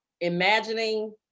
imagining